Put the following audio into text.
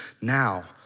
now